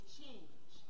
change